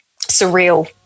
surreal